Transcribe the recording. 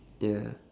yeah